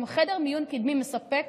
גם חדר מיון קדמי מספק